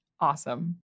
Awesome